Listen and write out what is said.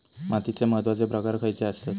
मातीचे महत्वाचे प्रकार खयचे आसत?